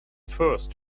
first